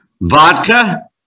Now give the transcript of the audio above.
Vodka